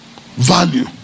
value